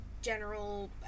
general